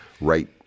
right